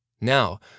Now